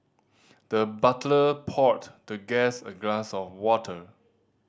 the butler poured the guest a glass of water